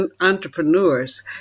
entrepreneurs